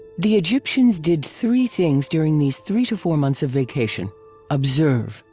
the egyptians did three things during these three to four months of vacation observe,